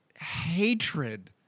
hatred